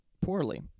poorly